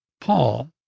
Paul